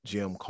Jim